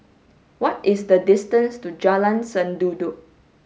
what is the distance to Jalan Sendudok